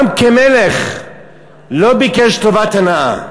גם כמלך לא ביקש טובת הנאה,